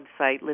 website